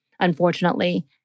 Unfortunately